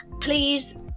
Please